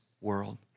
world